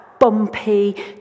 bumpy